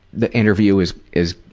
the interview is, is